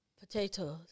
Potatoes